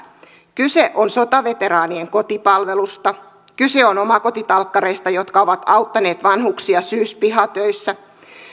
kyse on sotaveteraanien kotipalvelusta kyse on omakotitalkkareista jotka ovat auttaneet vanhuksia syyspihatöissä